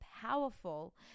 powerful